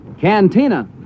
Cantina